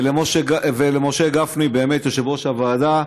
ולמשה גפני, יושב-ראש הוועדה,